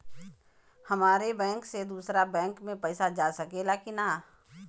हमारे बैंक से दूसरा बैंक में पैसा जा सकेला की ना?